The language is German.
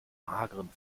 mageren